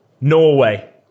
Norway